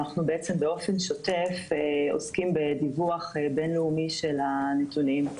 אנחנו בעצם באופן שוטף עוסקים בדיווח בין-לאומי של הנתונים.